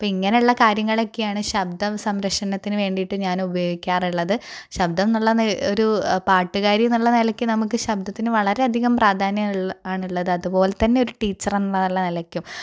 അപ്പോൾ ഇങ്ങനെയുള്ള കാര്യങ്ങളെക്കെയാണ് ശബ്ദ സംരക്ഷണത്തിനു വേണ്ടിയിട്ട് ഞാൻ ഉപയോഗിക്കാറുള്ളത് ശബ്ദം എന്ന് ഉള്ളത് ഒരു പാട്ടുകാരി എന്ന നിലയ്ക്ക് നമുക്ക് ശബ്ദത്തിന് വളരെ അധികം പ്രാധാന്യം ആണ് ഉള്ളത് അതുപോലെ തന്നെ ഒരു ടീച്ചർ എന്നുള്ള നിലയ്ക്കും